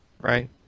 Right